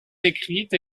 écrite